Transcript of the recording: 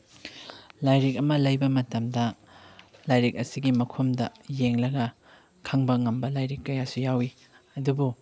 ꯂꯥꯏꯔꯤꯛ ꯑꯃ ꯂꯩꯕ ꯃꯇꯝꯗ ꯂꯥꯏꯔꯤꯛ ꯑꯁꯤꯒꯤ ꯃꯈꯨꯝꯗ ꯌꯦꯡꯂꯒ ꯈꯪꯕ ꯉꯝꯕ ꯂꯥꯏꯔꯤꯛ ꯀꯌꯥꯁꯨ ꯌꯥꯎꯏ ꯑꯗꯨꯕꯨ